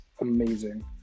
amazing